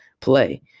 play